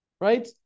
Right